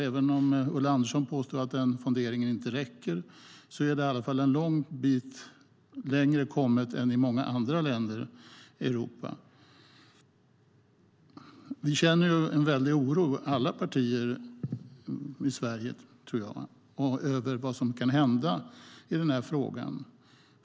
Även om Ulla Andersson påstår att den fonderingen inte räcker har vi i alla fall kommit en bra bit längre än många andra länder i Europa. Alla partier i Sverige känner en väldig oro över vad som kan hända i den här frågan.